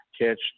catch